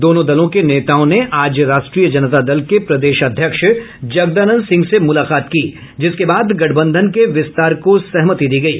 दोनों दलों के नेताओं ने आज राष्ट्रीय जनता दल के प्रदेश अध्यक्ष जगदानंद सिंह से मुलाकात की जिसके बाद गठबंधन के विस्तार को सहमति दी गयी